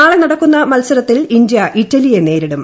നാളെ നടക്കുന്ന മത്സരത്തിൽ ഇന്ത്യ ഇറ്റലിയെ നേരിടും